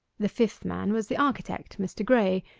the fifth man was the architect, mr. graye.